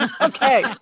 Okay